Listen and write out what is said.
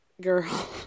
girl